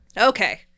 Okay